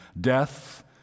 death